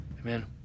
Amen